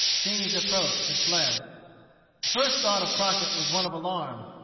seeing his approach, had fled. the first thought of crockett was one of alarm.